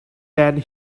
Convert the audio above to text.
than